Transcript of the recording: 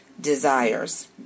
desires